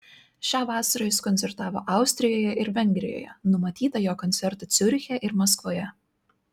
šią vasarą jis koncertavo austrijoje ir vengrijoje numatyta jo koncertų ciuriche ir maskvoje